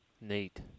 Neat